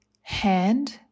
hand